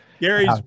Gary's